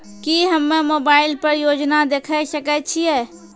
की हम्मे मोबाइल पर योजना देखय सकय छियै?